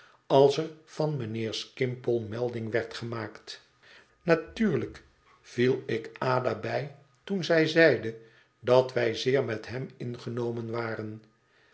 als er van mijnheer skimpole melding werd gemaakt natuurlijk viel ik ada bij toen zij zeide dat wij zeer met hem ingenomen waren